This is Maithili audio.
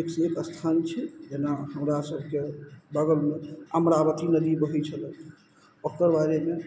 एकसँ एक स्थान छै जेना हमरा सबके बगलमे अमरावती नदी बहय छलय ओकर बारेमे